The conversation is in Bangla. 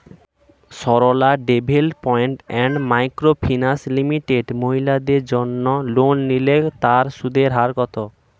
Sarala development and micro finance limited মহিলাদের জন্য লোন নিলে তার সুদের হার কত?